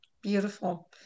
beautiful